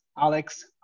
Alex